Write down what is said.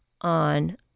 on